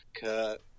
Kurt